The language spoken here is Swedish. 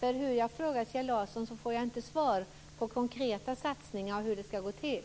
Om jag frågar Kjell Larsson får jag inte svar på vilka konkreta satsningar det är och hur det skall gå till.